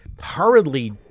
hurriedly